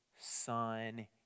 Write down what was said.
son